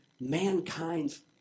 mankind's